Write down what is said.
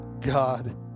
God